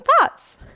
thoughts